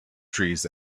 trees